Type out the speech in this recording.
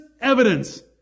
evidence